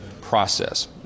process